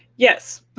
yes.